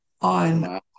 On